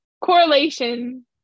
Correlation